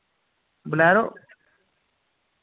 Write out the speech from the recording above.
bolero